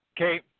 Okay